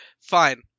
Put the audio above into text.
fine